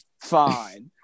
Fine